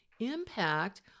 impact